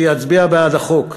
שיצביע בעד החוק,